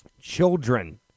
Children